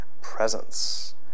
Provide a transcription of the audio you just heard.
Presence